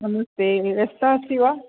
नमस्ते व्यस्ता अस्ति वा